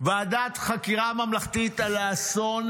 ועדת חקירה ממלכתית על האסון